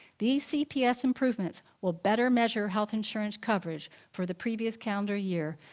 these cps improvements will better measure health insurance coverage for the previous calendar year,